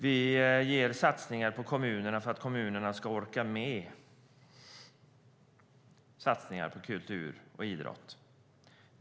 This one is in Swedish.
Vi gör satsningar på kommunerna för att kommunerna ska orka med satsningar på kultur och idrott.